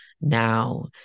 now